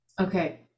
Okay